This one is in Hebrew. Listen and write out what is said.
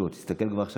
אינו נוכח,